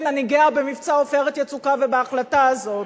כן, אני גאה במבצע "עופרת יצוקה" ובהחלטה הזאת,